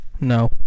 No